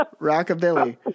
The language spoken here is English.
Rockabilly